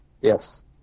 Yes